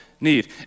need